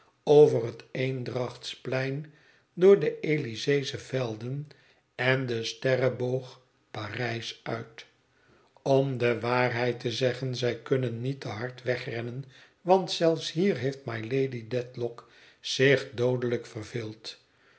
over het eendrachtsplein door de elyseesche velden en den sterreboog par ij s uit om de waarheid te zeggen zij kunnen niet te hard wegrennen want zelfs hier heeft mylady dedlock zich dooaelijk verveeld